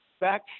Back